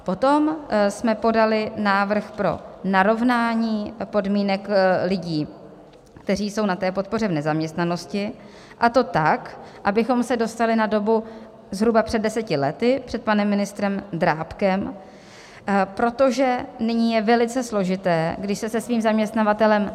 A potom jsme podali návrh pro narovnání podmínek lidí, kteří jsou na té podpoře v nezaměstnanosti, a to tak, abychom se dostali na dobu zhruba před 10 lety před panem ministrem Drábkem, protože nyní je velice složité, když se se svým zaměstnavatelem...